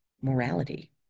morality